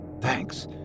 Thanks